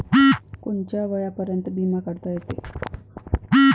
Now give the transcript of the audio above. कोनच्या वयापर्यंत बिमा काढता येते?